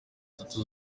tatu